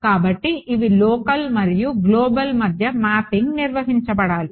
కాబట్టి ఇవి లోకల్ మరియు గ్లోబల్ మధ్య మ్యాపింగ్ నిర్వహించబడాలి